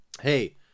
Hey